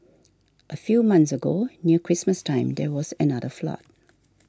a few months ago near Christmas time there was another flood